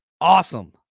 awesome